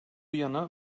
yana